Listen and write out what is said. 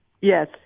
Yes